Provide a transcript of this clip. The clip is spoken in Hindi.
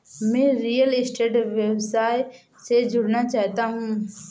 मैं रियल स्टेट व्यवसाय से जुड़ना चाहता हूँ